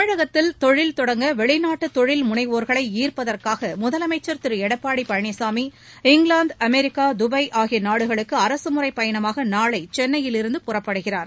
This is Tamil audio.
தமிழகத்தில் தொழில்தொடங்க வெளிநாட்டு தொழில்முனைவோர்களை ஈா்ப்பதற்காக முதலமைச்சா் Thiru Edappadi Palaniswami England America Dubai ஆகிய நாடுகளுக்கு அரகமுறை பயணமாக நாளை சென்னையிலிருந்து புறப்படுகிறார்